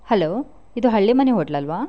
hello ಇದು ಹಳ್ಳಿಮನೆ ಹೋಟ್ಲಲ್ವಾ